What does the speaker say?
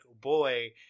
boy